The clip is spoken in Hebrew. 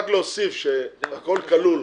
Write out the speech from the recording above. רק נוסיף ש"הכול כלול"